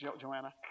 Joanna